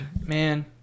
Man